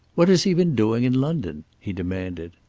what has he been doing in london? he demanded.